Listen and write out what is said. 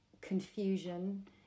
confusion